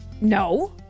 No